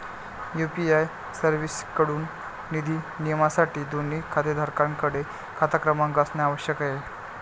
UPI सर्व्हिसेसएकडून निधी नियमनासाठी, दोन्ही खातेधारकांकडे खाता क्रमांक असणे आवश्यक आहे